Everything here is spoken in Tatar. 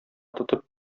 тотып